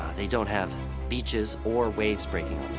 they don't have beaches or waves breaking